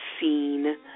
seen